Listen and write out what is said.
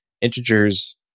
integers